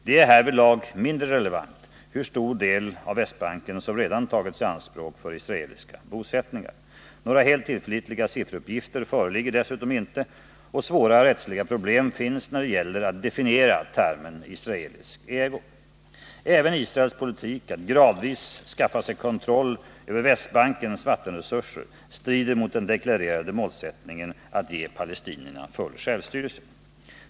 Det är härvidlag mindre relevant hur stor del av Västbanken som redan tagits i anspråk för israeliska bosättningar. Några helt Om förhållandena tillförlitliga sifferuppgifter föreligger dessutom inte, och svåra rättsliga —; Mellanöstern problem finns när det gäller att definiera termen ”israelisk ägo”. Även Israels politik att gradvis skaffa sig kontroll över Västbankens vattenresurser strider mot den deklarerade målsättningen att ge palestinierna full självstyrelse.